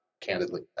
Candidly